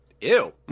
Ew